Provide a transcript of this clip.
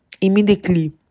Immediately